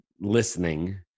listening